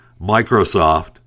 Microsoft